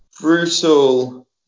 brutal